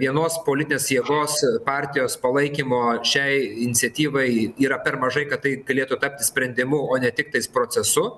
vienos politinės jėgos partijos palaikymo šiai iniciatyvai yra per mažai kad tai galėtų tapti sprendimu o ne tiktais procesu